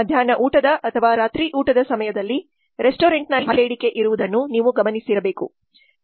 ಮಧ್ಯಾನ್ಹ ಊಟದ ಅಥವಾ ರಾತ್ರಿ ಊಟದ ಸಮಯದಲ್ಲಿ ರೆಸ್ಟೋರೆಂಟ್ನಲ್ಲಿ ಭಾರಿ ಬೇಡಿಕೆ ಇರುವುದನ್ನು ನೀವು ಗಮನಿಸಿರಬೇಕು